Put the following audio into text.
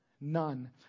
none